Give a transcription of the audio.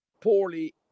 poorly